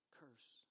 curse